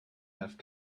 have